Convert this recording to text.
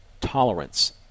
tolerance